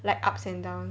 like ups and down